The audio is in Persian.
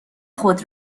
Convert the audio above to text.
خود